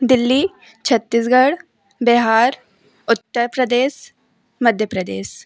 Delhi Chhattisgarh Bihar Uttar Pradesh Madhya Pradesh